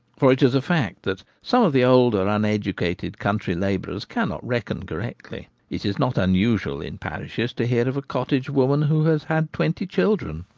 for it is a fact that some of the older uneducated country labourers cannot reckon correctly. it is not unusual in parishes to hear of a cottage woman who has had twenty children.